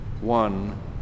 one